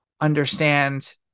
understand